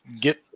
get